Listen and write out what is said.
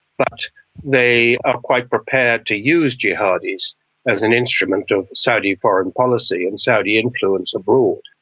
but they are quite prepared to use jihadis as an instrument of saudi foreign policy and saudi influence abroad.